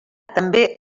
també